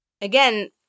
Again